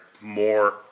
more